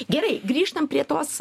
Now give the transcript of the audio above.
gerai grįžtam prie tos